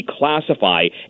declassify